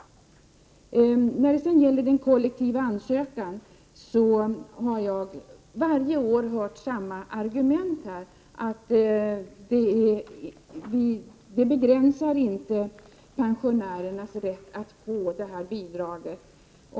När det gäller den kollektiva ansökan har jag varje år hört samma argument, nämligen att den inte begränsar pensionärernas rätt att få det här bidraget.